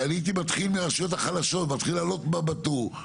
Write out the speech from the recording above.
אני הייתי מתחיל מהרשויות החלשות ומתחיל לעלות בטור.